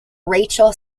rachel